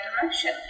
direction